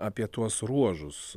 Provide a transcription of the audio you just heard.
apie tuos ruožus